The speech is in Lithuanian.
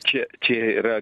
čia čia yra